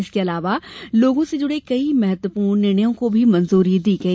इसके अलावा लोगों से जुड़े कई महत्वपूर्ण निर्णयों को भी मंजूरी दी गई